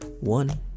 one